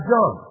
John